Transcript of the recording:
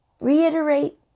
reiterate